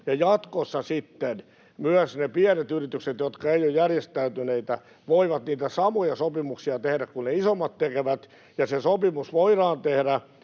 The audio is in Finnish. Jatkossa sitten myös ne pienet yritykset, jotka eivät ole järjestäytyneitä, voivat niitä samoja sopimuksia tehdä kuin ne isommat tekevät, ja se sopimus voidaan tehdä